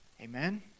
Amen